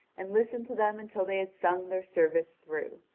and listened to them until they had sung their service through,